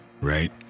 right